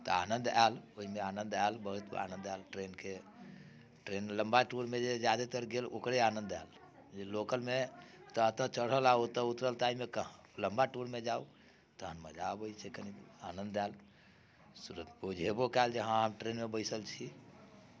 तऽ आनंद आएल ओहिमे आनंद आएल बहुत आनंद आएल ट्रेनके ट्रेन लंबा टूरमे जे जादातर गेल ओकरे आनंद आएल जे लोकलमे तऽ एतऽ चढ़ल आ ओतऽ उतरल ताहिमे कहाँ लंबा टूरमे जाउ तखन मजा अबैत छै कनि आनंद आएल बुझेबो कयल जे हँ हम ट्रेनमे बैसल छी